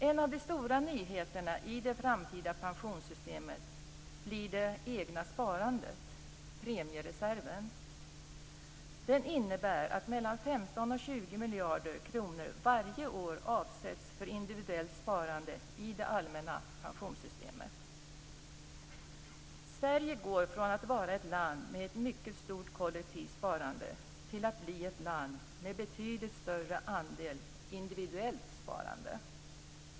En av de stora nyheterna i det framtida pensionssystemet blir det egna sparandet, premiereserven. Den innebär att 15-20 miljarder kronor varje år avsätts för individuellt sparande i det allmänna pensionssystemet. Sverige går från att vara ett land med ett mycket stort kollektivt sparande till att bli ett land med betydligt större andel individuellt sparande.